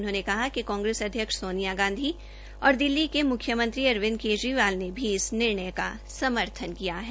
उन्होंने कहा कि कांग्रेस अध्यक्ष सोनिया गांधी और दिल्ली के मुख्यमंत्री अरविंद केजरीवाल ने भी इस निर्णय का समर्थन किया है